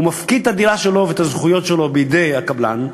הוא מפקיד את הדירה שלו ואת הזכויות שלו בידי הקבלן,